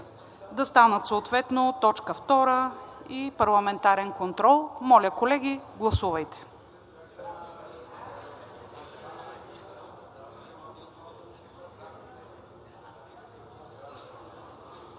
да станат съответно т. 2 и парламентарен контрол. Моля, колеги, гласувайте.